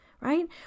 right